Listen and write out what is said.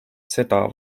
seda